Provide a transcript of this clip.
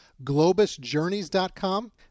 Globusjourneys.com